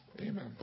Amen